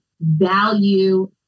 value